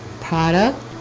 product